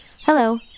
hello